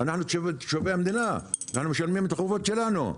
אנחנו תושבי המדינה, אנחנו משלמים את החובות שלנו.